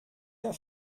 der